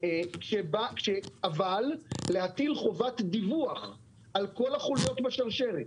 אבל להטיל חובת דיווח על כל החוליות בשרשרת